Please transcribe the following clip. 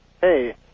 Hey